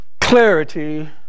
clarity